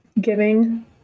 giving